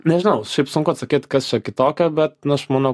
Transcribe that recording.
nežinau šiaip sunku atsakyt kas čia kitokio bet na aš manau